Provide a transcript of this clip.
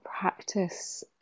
practice